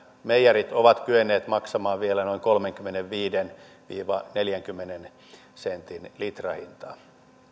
meijerit ovat kyenneet maksamaan vielä noin kolmenkymmenenviiden viiva neljänkymmenen sentin litrahintaa